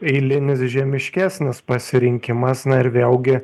eilinis žemiškesnis pasirinkimas na ir vėlgi